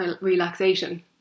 relaxation